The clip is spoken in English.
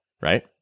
right